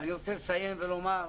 אני רוצה לסיים ולומר,